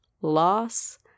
loss